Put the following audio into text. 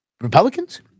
Republicans